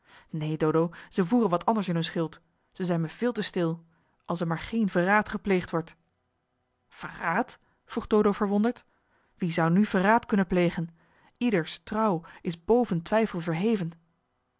neen dodo zij voeren wat anders in hun schild ze zijn me veel te stil als er maar geen verraad gepleegd wordt verraad vroeg dodo verwonderd wie zou nu verraad kunnen plegen ieders trouw is boven twijfel verheven